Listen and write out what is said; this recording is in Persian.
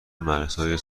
مرزهای